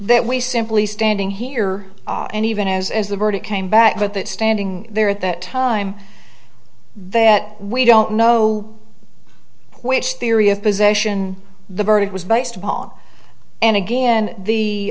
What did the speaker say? that we simply standing here and even as as the verdict came back at that standing there at that time that we don't know which theory of possession the verdict was based upon and again the